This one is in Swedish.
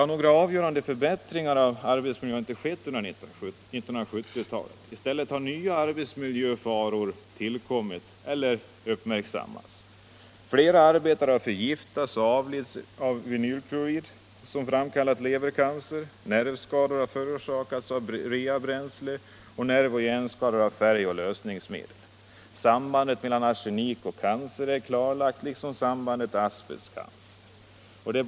| Några avgörande förbättringar av arbetsmiljön har inte skett under 1970 talet. I stället har nya arbetsmiljöfaror tillkommit eller uppmärksammats. Flera arbetare har förgiftats och avlidit av vinylklorid, som framkallar levercancer. Nervskador har förorsakats av reabränsle och nerv och hjärnskador av färger och lösningsmedel. Sambandet mellan arsenik och cancer är klarlagt liksom sambandet mellan asbest och cancer.